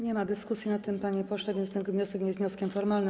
Nie ma dyskusji nad tym, panie pośle, więc ten wniosek nie jest wnioskiem formalnym.